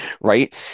Right